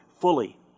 fully